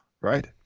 right